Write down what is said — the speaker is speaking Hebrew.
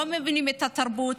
לא מבינים את התרבות.